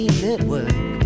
network